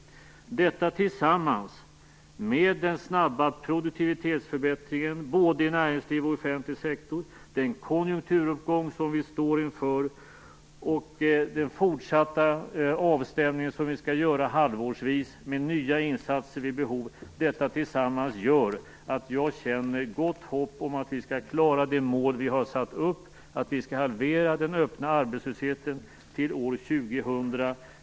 Detta tillsammans med den snabba produktivitetsförbättringen både i näringsliv och inom offentlig sektor, den konjunkturuppgång som vi står inför och den fortsatta avstämning som vi skall göra halvårsvis med nya insatser vid behov gör att jag känner gott hopp om att vi skall klara det mål som vi har satt upp, nämligen att vi skall halvera den öppna arbetslösheten till år 2000.